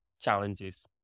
challenges